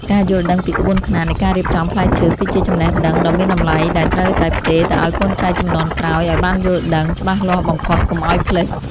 ការយល់ដឹងពីក្បួនខ្នាតនៃការរៀបចំផ្លែឈើគឺជាចំណេះដឹងដ៏មានតម្លៃដែលត្រូវតែផ្ទេរទៅឱ្យកូនចៅជំនាន់ក្រោយឱ្យបានយល់ដឹងច្បាស់លាស់បំផុតកុំឱ្យភ្លេច។